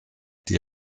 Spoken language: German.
die